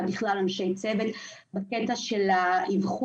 אלא בכלל אנשי צוות בקטע של האבחון.